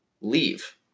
leave